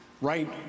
right